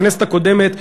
בכנסת הקודמת,